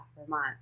Vermont